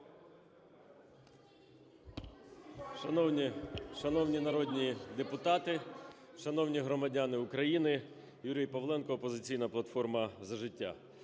Шановні народні депутати! Шановні громадяни України! Юрій Павленко, "Опозиційна платформа – За життя".